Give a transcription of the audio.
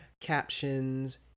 captions